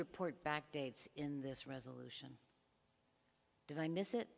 report back dates in this resolution did i miss it